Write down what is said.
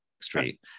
street